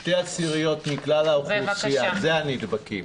0.2% מכלל האוכלוסייה אלו הנדבקים.